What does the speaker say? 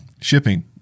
shipping